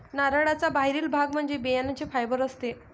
नारळाचा बाहेरील भाग म्हणजे बियांचे फायबर असते